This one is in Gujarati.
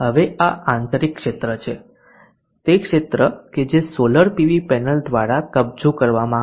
હવે આ આંતરિક ક્ષેત્ર છે તે ક્ષેત્ર કે જે સોલર પીવી પેનલ દ્વારા કબજો કરવામાં આવશે